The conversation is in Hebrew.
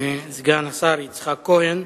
סגן השר יצחק כהן,